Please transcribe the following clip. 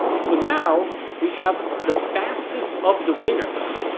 so now we have the fastest of the winners